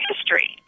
history